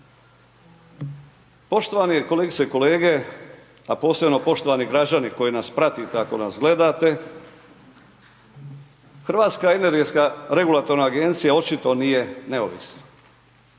Poštovane kolegice i kolege, a posebno poštovani građani, koji nas pratite, ako nas gledate, Hrvatska energetska regulatorna agencija, očito nije neovisna.